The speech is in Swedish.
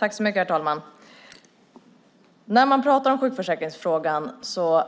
Herr talman! När man pratar om sjukförsäkringsfrågan